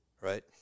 right